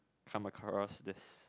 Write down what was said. come across this